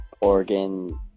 Oregon